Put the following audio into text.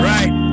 Right